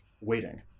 waiting